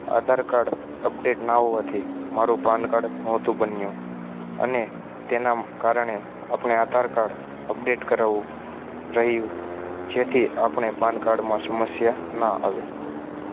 આધાર card update ના હોવાથી મારુ પાન કાર્ડ નહોતું બન્યું અને તેનાં કારણે આપણે આધાર કાર્ડ અપડેટ કરાવવું રહ્યું જેથી આપણે પાન કાર્ડમાં સમસ્યા ના આવે